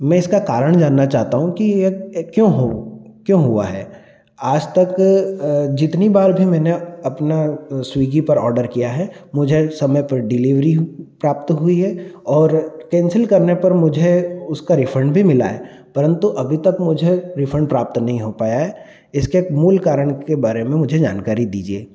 मैं इसका कारण जानना चाहता हूँ कि यह क्यों हो क्यों हुआ है आज तक जितनी बार भी मैंने अपना स्विगी पर ऑर्डर किया है मुझे समय पर डिलीवरी प्राप्त हुई है और केंसिल करने पर मुझे उसका रिफंड भी मिला है परंतु अभी तक मुझे रिफंड प्राप्त नहीं हो पाया है इसके मूल कारण के बारे में मुझे जानकारी दीजिए